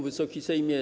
Wysoki Sejmie!